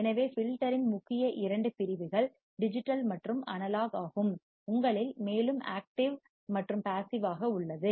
எனவே ஃபில்டர்யின் முக்கிய இரண்டு பிரிவுகள் டிஜிட்டல் மற்றும் அனலாக் ஆகும் உங்களில் மேலும் ஆக்டிவ் மற்றும் பாசிவ் ஆக உள்ளது